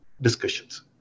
discussions